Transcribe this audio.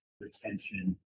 retention